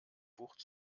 wucht